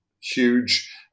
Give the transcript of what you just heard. huge